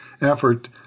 effort